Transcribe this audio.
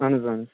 اَہَن حظ اَہَن آ